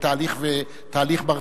תהליך ברצלונה,